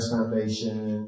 Foundation